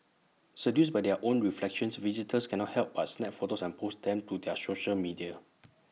seduced by their own reflections visitors cannot help but snap photos and post them to their social media